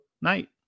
night